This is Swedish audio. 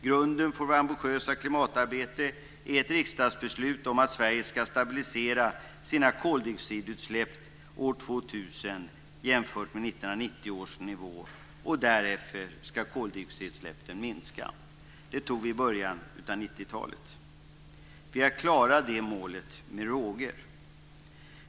Grunden för vårt ambitiösa klimatarbete är ett riksdagsbeslut om att Sverige ska stabilisera sina koldioxidutsläpp år 2000 jämfört med 1990 års nivå, och därefter ska koldioxidutsläppen minska. Det beslutet fattade vi i början av 90-talet. Vi har klarat det målet med råge.